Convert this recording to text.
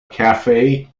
cafe